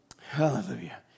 Hallelujah